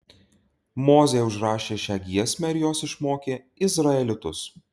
mozė užrašė šią giesmę ir jos išmokė izraelitus